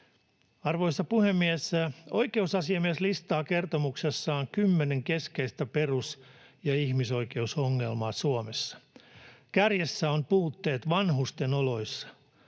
Arvoisa puhemies! Oikeusasiamies listaa kertomuksessaan kymmenen keskeistä perus- ja ihmisoikeusongelmaa Suomessa. Kärjessä ovat puutteet vanhusten oloissa.